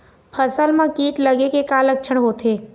फसल म कीट लगे के का लक्षण होथे?